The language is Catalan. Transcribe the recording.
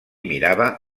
mirava